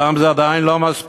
אולם זה עדיין לא מספיק,